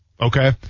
Okay